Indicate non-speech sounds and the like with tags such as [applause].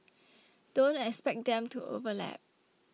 [noise] don't expect them to overlap